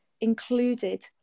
included